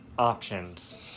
Options